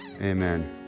amen